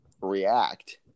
react